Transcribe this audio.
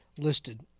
listed